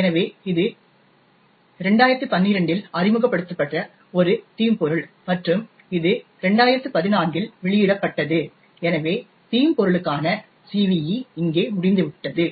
எனவே இது 2012 இல் அறிமுகப்படுத்தப்பட்ட ஒரு தீம்பொருள் மற்றும் இது 2014 இல் வெளியிடப்பட்டது எனவே தீம்பொருளுக்கான CVE இங்கே முடிந்துவிட்டது